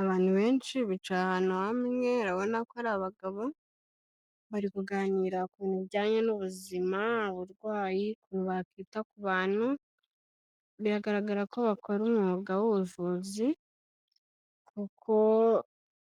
Abantu benshi bicaye ahantu hamwe, urabona ko ari abagabo, bari kuganira ku bintu bijyanye n'ubuzima, uburwayi ukuntu wakwita ku bantu, biragaragara ko bakora umwuga w'ubuvuzi, kuko